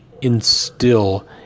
instill